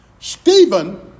Stephen